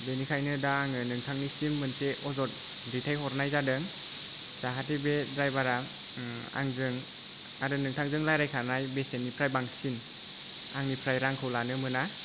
बेनिखायनो दा आङो नोंथांनिसिम मोनसे अजद दैथायहरनाय जादों जाहाथे बे ड्राइभारा आंजों आरो नोंथांजों रायलायखानाय बेसेननिफ्राय बांसिन आंनिफ्राय रांखौ लानो मोना